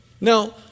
Now